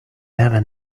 never